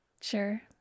sure